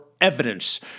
evidence